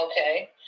Okay